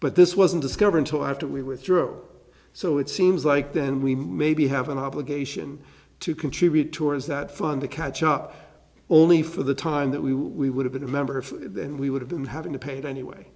but this wasn't discovered until after we withdrew so it seems like then we maybe have an obligation to contribute towards that fund to catch up only for the time that we were we would have been a member of then we would have been having to pay to anyway